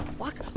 walk,